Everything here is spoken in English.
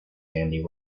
handy